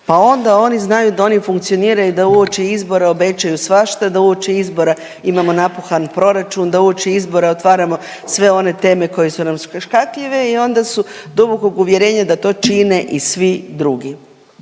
pa onda oni znaju da oni funkcioniraju da uoči izbora obećaju svašta, da uoči izbora imamo napuhan proračun, da uoči izbora otvaramo sve one teme koje su nam škakljive i onda su dubokog uvjerenja da to čine i svi drugi.